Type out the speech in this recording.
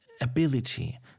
ability